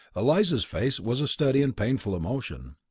eliza's face was a study in painful emotion.